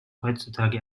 heutzutage